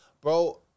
Bro